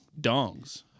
dongs